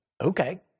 okay